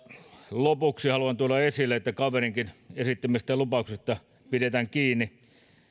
lopuksi haluan tuoda esille että kaverinkin esittämistä lupauksista pidetään kiinni